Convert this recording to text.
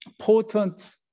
potent